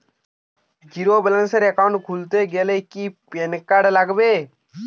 Zero balance account খুলতে কি PAN card লাগে?